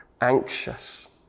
anxious